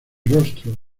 rostro